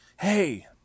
hey